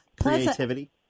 creativity